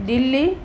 Delhi